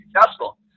successful